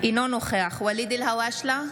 אינו נוכח ואליד אלהואשלה,